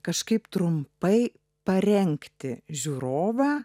kažkaip trumpai parengti žiūrovą